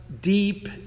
deep